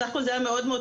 סך הכל זה היה מאוד,